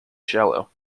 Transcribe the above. shallow